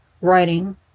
writing